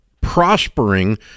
prospering